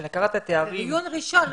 זה דיון ראשון.